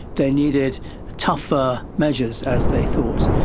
they needed tougher measures, as they thought.